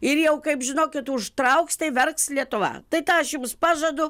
ir jau kaip žinokit užtrauks tai verks lietuva tai tą aš jums pažadu